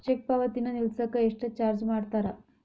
check ಪಾವತಿನ ನಿಲ್ಸಕ ಎಷ್ಟ ಚಾರ್ಜ್ ಮಾಡ್ತಾರಾ